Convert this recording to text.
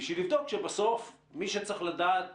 בשביל לבדוק שבסוף מי שצריך לדעת